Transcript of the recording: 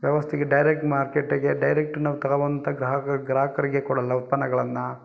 ವ್ಯವಸ್ಥೆಗೆ ಡೈರೆಕ್ಟ್ ಮಾರ್ಕೆಟಿಗೆ ಡೈರೆಕ್ಟ್ ನಾವು ತಗೊಬಂದು ಗ್ರಾಹಕ ಗ್ರಾಹಕರಿಗೆ ಕೊಡಲ್ಲ ಉತ್ಪನ್ನಗಳನ್ನು